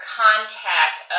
contact